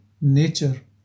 nature